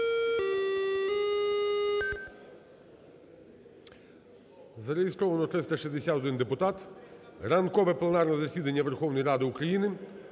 Зареєстровано 361 депутат. Ранкове пленарне засідання Верховної Ради України